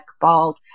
Bald